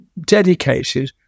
dedicated